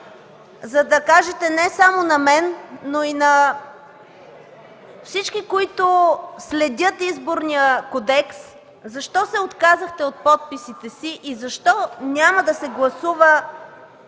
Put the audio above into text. за да кажете не само на мен, но и на всички, които следят Изборния кодекс: защо се отказахте от подписите си и защо няма да се гласува